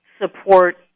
support